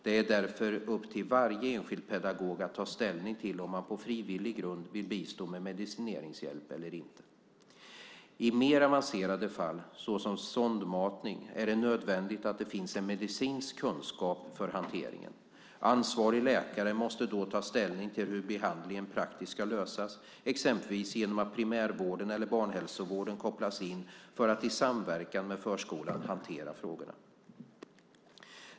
Det är därför upp till varje enskild pedagog att ta ställning till om man på frivillig grund vill bistå med medicineringshjälp eller inte. I mer avancerade fall, såsom sondmatning, är det nödvändigt att det finns en medicinsk kunskap för hanteringen. Ansvarig läkare måste då ta ställning till hur behandlingen praktiskt ska lösas, exempelvis genom att primärvården eller barnhälsovården kopplas in för att i samverkan med förskolan hantera frågorna.